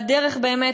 והדרך באמת,